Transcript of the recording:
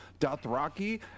dothraki